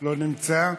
לא נמצא.